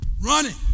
Running